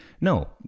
no